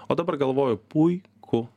o dabar galvoju puiku